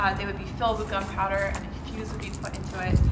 ah they would be filled with gun powder and a fuse would be put into it.